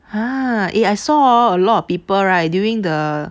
!huh! I saw hor a lot of people right during the